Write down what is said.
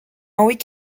week